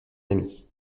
ami